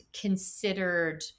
considered